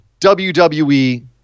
wwe